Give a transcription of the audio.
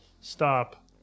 stop